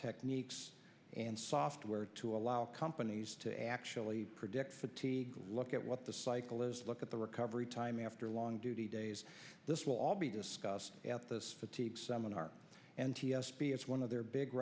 techniques and software to allow companies to actually predict fatigue look at what the cyclists look at the recovery time after long duty days this will all be discussed at this fatigue seminar and t s p as one of their big